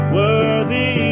worthy